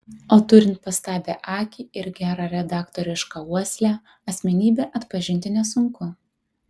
o turint pastabią akį ir gerą redaktorišką uoslę asmenybę atpažinti nesunku